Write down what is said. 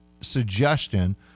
suggestion